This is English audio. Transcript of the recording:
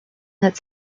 that